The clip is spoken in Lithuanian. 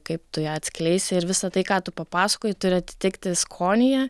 kaip tu ją atskleisi ir visa tai ką tu papasakojai turi atitikti skonyje